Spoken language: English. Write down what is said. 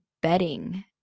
bedding